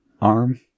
arm